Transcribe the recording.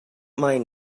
mine